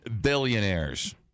billionaires